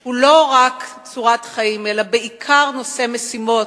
הוא לא רק צורת חיים אלא בעיקר נושא משימות,